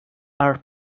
are